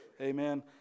Amen